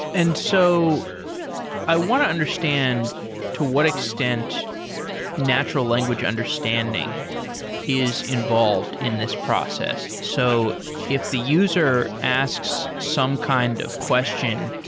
and so i want to understand to what extent natural language understanding is involved in this process. so if the user asks some kind of question,